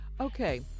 Okay